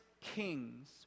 kings